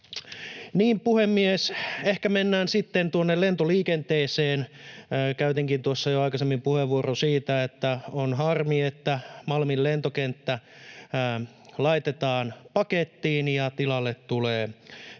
Puhemies! Ehkä mennään sitten lentoliikenteeseen. Käytinkin jo aikaisemmin puheenvuoron siitä, että on harmi, että Malmin lentokenttä laitetaan pakettiin ja tilalle tulee kerrostaloja,